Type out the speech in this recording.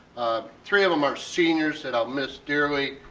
three of them are seniors that i'll miss dearly.